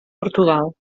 portugal